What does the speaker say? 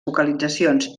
vocalitzacions